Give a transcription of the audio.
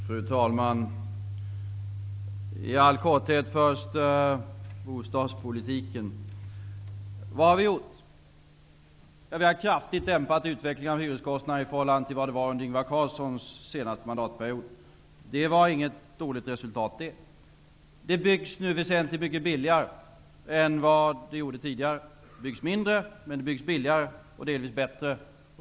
Fru talman! Jag vill först i all korthet tala om bostadspolitiken. Vad har vi gjort? Vi har kraftigt dämpat utvecklingen av hyreskostnaderna i förhållande till hur den var under Ingvar Carlssons senaste mandatperiod. Det är inget dåligt resultat. Det byggs nu väsentligt mycket billigare än vad det gjordes tidigare. Det byggs mindre, men det byggs billigare och delvis bättre.